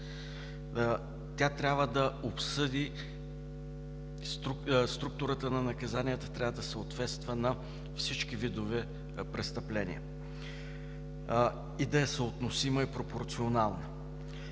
опасност. Структурата на наказанията трябва да съответства на всички видове престъпления и да е съотносима и пропорционална.